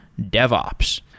DevOps